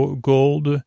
gold